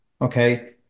Okay